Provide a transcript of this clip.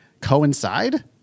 Coincide